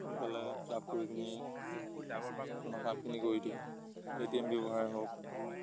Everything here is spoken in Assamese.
সোনকালে ক্লাভ কৰি পিনি আপোনাৰ কামখিনি কৰি দিয়ে এ টি এম ব্যৱহাৰে হওক